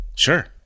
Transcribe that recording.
Sure